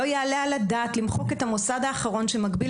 לא יעלה על הדעת למחוק את המוסד האחרון שמגביל